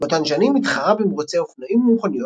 באותן שנים התחרה במרוצי אופנועים ומכוניות,